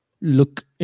look